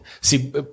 see